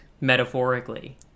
metaphorically